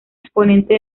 exponente